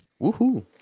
Woohoo